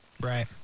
Right